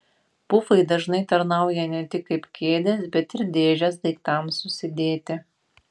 pufai dažnai tarnauja ne tik kaip kėdės bet ir dėžės daiktams susidėti